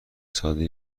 ساده